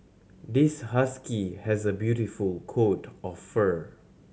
this husky has a beautiful coat of fur